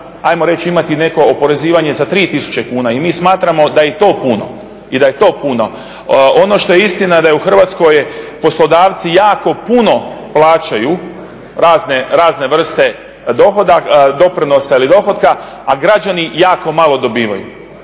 hajmo reći imati neko oporezivanje za 3000 kuna i mi smatramo da je i to puno. Ono što je istina da u Hrvatskoj poslodavci jako puno plaćaju razne vrste doprinosa ili dohotka, a građani jako malo dobivaju